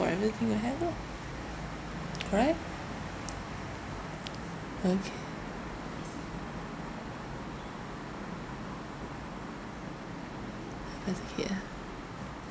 for everything we have lah correct okay ah